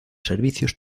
servicios